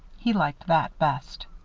he liked that best.